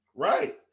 Right